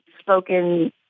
spoken